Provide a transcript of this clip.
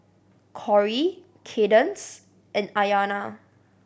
Corrie Kadence and Ayanna